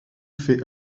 fait